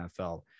NFL